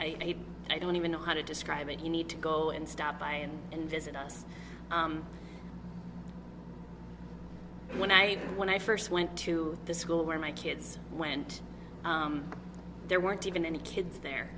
i i don't even know how to describe it you need to go and stop by and visit us when i when i first went to the school where my kids went there weren't even any kids there